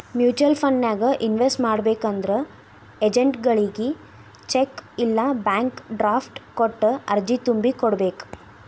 mutual ಫಂಡನ್ಯಾಗ invest ಮಾಡ್ಬೇಕಂದ್ರ ಏಜೆಂಟ್ಗಳಗಿ ಚೆಕ್ ಇಲ್ಲಾ ಬ್ಯಾಂಕ್ ಡ್ರಾಫ್ಟ್ ಕೊಟ್ಟ ಅರ್ಜಿ ತುಂಬಿ ಕೋಡ್ಬೇಕ್